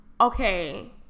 okay